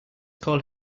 called